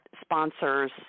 sponsors